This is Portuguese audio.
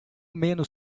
menos